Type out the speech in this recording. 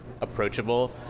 approachable